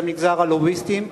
זה מגזר הלוביסטים.